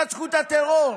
איך תנצחו את הטרור?